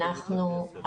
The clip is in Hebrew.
אנחנו..